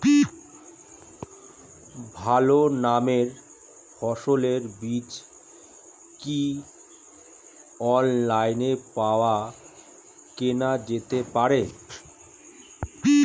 ভালো মানের ফসলের বীজ কি অনলাইনে পাওয়া কেনা যেতে পারে?